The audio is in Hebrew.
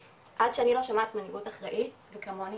אז עד שאני לא שומעת מנהיגות אחראית וכמוני